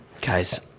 Guys